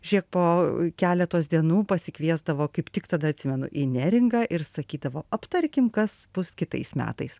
žėk po keletos dienų pasikviesdavo kaip tik tada atsimenu į neringą ir sakydavo aptarkim kas bus kitais metais